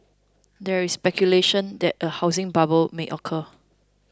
there is speculation that a housing bubble may occur